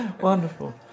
Wonderful